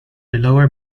lower